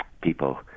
people